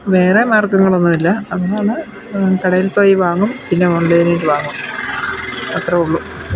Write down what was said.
വേറെ മാർഗ്ഗങ്ങളൊന്നുമില്ല അതാണ് കടയിൽ പോയി വാങ്ങും പിന്നെ ഓൺലൈനിൽ വാങ്ങും അത്രയേ ഉള്ളു